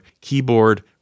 keyboard